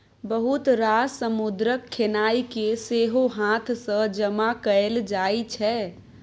बहुत रास समुद्रक खेनाइ केँ सेहो हाथ सँ जमा कएल जाइ छै